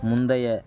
முந்தைய